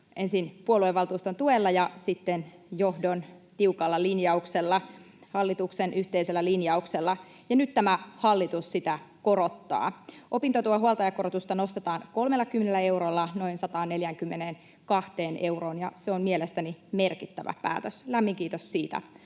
ensin puoluevaltuuston tuella ja sitten johdon tiukalla linjauksella ja hallituksen yhteisellä linjauksella. Ja nyt tämä hallitus sitä korottaa. Opintotuen huoltajakorotusta nostetaan 30 eurolla noin 142 euroon, ja se on mielestäni merkittävä päätös. Lämmin kiitos siitä